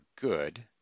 good